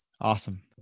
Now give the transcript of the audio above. Awesome